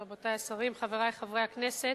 תודה רבה, רבותי השרים, חברי חברי הכנסת,